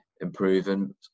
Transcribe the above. improving